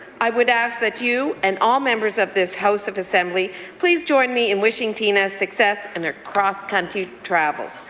i would ask that you and all members of this house of assembly please join me in wishing tina success in her cross-country travels.